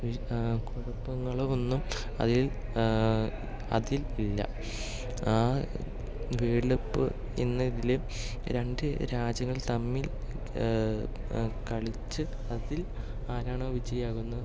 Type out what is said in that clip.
കുഴപ്പങ്ങളോ ഒന്നും അതിൽ അതിൽ ഇല്ല ആ വേൾഡ് കപ്പ് ഇന്നിതില് രണ്ട് രാജ്യങ്ങൾ തമ്മിൽ കളിച്ച് അതിൽ ആരാണോ വിജയിയാകുന്നത്